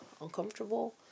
uncomfortable